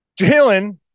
Jalen